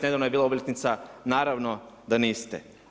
Nedavno je bila obljetnica, naravno da niste.